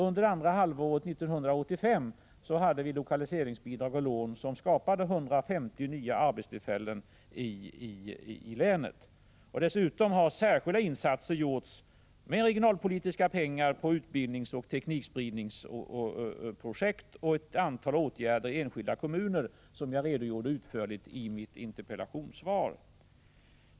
Under andra halvåret 1985 hade vi lokaliseringsbidrag och lån som skapade 150 nya arbetstillfällen i länet. Dessutom har särskilda insatser gjorts med regionalpolitiska pengar på utbildningsoch teknikspridningsprojekt. Även ett antal åtgärder i enskilda kommuner, som jag redogjorde utförligt för i mitt interpellationssvar, har vidtagits.